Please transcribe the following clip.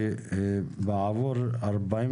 שבעבור 45